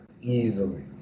easily